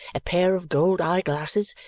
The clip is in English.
a pair of gold eye-glasses,